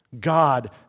God